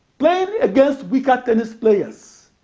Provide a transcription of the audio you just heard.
playing against weaker tennis players